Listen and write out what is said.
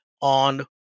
on